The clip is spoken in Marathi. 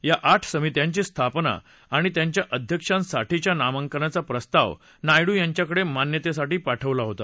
या आठ समित्यांची स्थापना आणि त्यांच्या अध्यक्षांसाठीच्या नामांकनाचा प्रस्ताव नायडू यांच्याकडे मान्यतेसाठी पाठवला होता